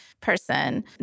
person